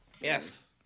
Yes